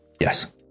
yes